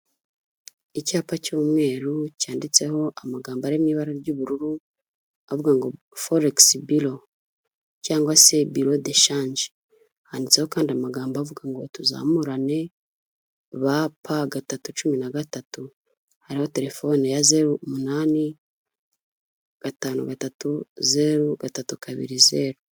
Icyapa cy'umweru cyanditseho amagambo ari mu ibara ry'ubururu avuga ngo foregisi bilo cyangwa se birode shange handitseho kandi amagambo avuga ngo tuzamurane, ba pa gatatu cumi na gatatu. Hariho telefone ya zeru umunani, gatanu gatatu zeru, gatatu kabiri zeru.